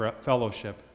fellowship